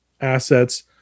assets